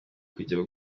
kujya